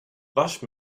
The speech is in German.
wasch